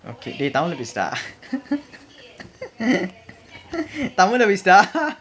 okay dey tamil leh பேசு:pesu dah tamil leh பேசு:pesu dah